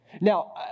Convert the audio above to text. Now